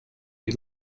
you